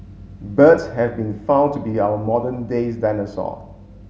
birds have been found to be our modern days dinosaur